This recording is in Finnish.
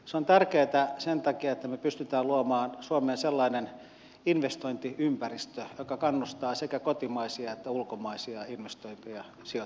se on tärkeätä sen takia että me pystymme luomaan suomeen sellaisen investointiympäristön joka kannustaa sekä kotimaisia että ulkomaisia investoijia sijoittamaan suomeen